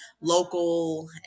local